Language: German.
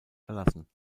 verlassen